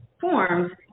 forms